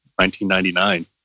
1999